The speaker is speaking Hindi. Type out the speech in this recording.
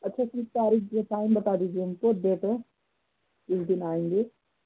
अच्छा किस तारीख़ में टाइम बता दीजिए हमको डेट किस दिन आएँगे